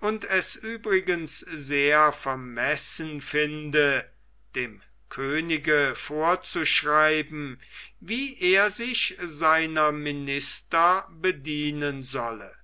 und es übrigens sehr vermessen finde dem könige vorzuschreiben wie er sich seiner minister bedienen solle